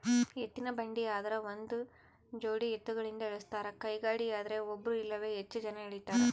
ಎತ್ತಿನಬಂಡಿ ಆದ್ರ ಒಂದುಜೋಡಿ ಎತ್ತುಗಳಿಂದ ಎಳಸ್ತಾರ ಕೈಗಾಡಿಯದ್ರೆ ಒಬ್ರು ಇಲ್ಲವೇ ಹೆಚ್ಚು ಜನ ಎಳೀತಾರ